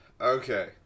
Okay